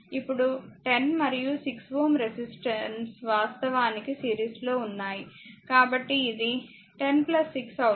ఇప్పుడు 10 మరియు 6Ω వాస్తవానికి సిరీస్లో ఉన్నాయి కాబట్టి ఇది 10 6 అవుతుంది